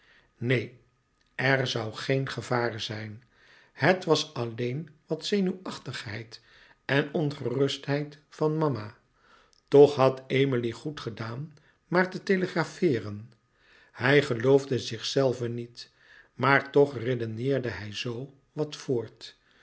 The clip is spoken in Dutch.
neen er zoû geen gevaar zijn het was alleen wat zenuwachtigheid en ongerustheid van mama toch had emilie goed gedaan maar te telegrafeeren louis couperus metamorfoze hij geloofde zichzelven niet maar toch redeneerde hij zoo wat voort